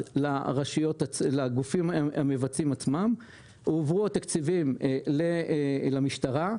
לגופים המבצעים עצמם הועברו התקציבים למשטרה,